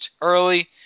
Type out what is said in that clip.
early